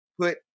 put